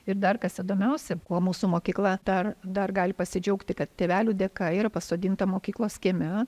ir dar kas įdomiausia kuo mūsų mokykla dar dar gali pasidžiaugti kad tėvelių dėka yra pasodinta mokyklos kieme